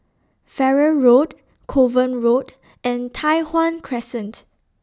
Farrer Road Kovan Road and Tai Hwan Crescent